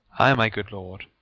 ay, my good lord.